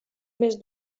més